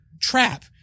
trap